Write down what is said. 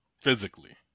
physically